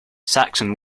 saxon